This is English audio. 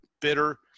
bitter